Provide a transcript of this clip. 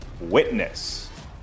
Witness